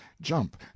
Jump